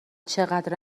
چقدر